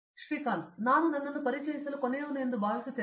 ಶ್ರೀಕಾಂತ್ ನಾನು ನನ್ನನ್ನು ಪರಿಚಯಿಸಲು ಕೊನೆಯವನು ಎಂದು ನಾನು ಭಾವಿಸುತ್ತೇನೆ